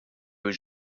was